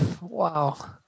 wow